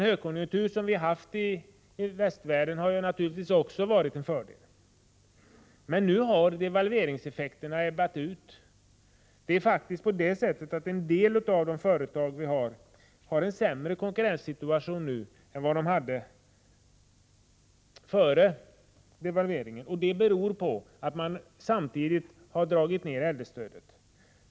Högkonjunkturen i västvärlden har naturligtvis också varit till fördel. Men nu har devalveringseffekterna ebbat ut. En del av våra företag har faktiskt en sämre konkurrenssituation nu än före den senaste devalveringen. Det beror på att äldrestödet samtidigt har dragits ned.